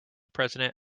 president